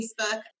Facebook